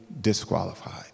disqualified